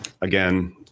again